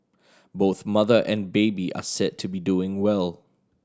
both mother and baby are said to be doing well